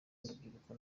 urubyiruko